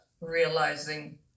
realizing